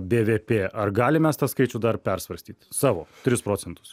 bvp ar galim mes tą skaičių dar persvarstyt savo tris procentus